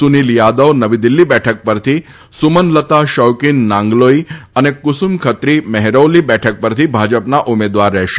સુનીલ યાદવ નવી દિલ્ફી બેઠક પરથી સુમનલતા શૌકીન નાંગલોઇ અને કુસુમ ખત્રી મેહરૌલી બેઠક પરથી ભાજપના ઉમેદવાર રહેશે